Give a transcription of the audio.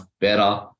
better